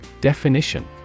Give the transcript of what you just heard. Definition